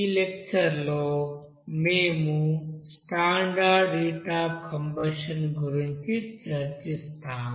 ఈ లెక్చర్ లో మేము స్టాండర్డ్ హీట్ అఫ్ కంబషన్ గురించి చర్చిస్తాము